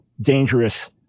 dangerous